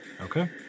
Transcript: Okay